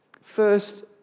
First